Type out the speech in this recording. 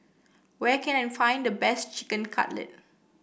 where can I find the best Chicken Cutlet